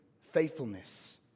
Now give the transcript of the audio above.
faithfulness